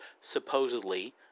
supposedly